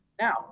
Now